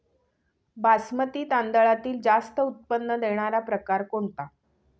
बासमती तांदळातील जास्त उत्पन्न देणारा प्रकार कोणता?